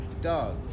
dog